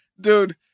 dude